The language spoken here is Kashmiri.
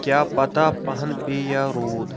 کیٛاہ پتا پہن پے یا روٗد